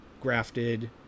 grafted